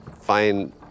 find